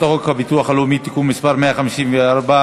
בבקשה.